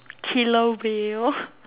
killer whale